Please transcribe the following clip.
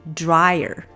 dryer